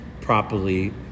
properly